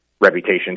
reputation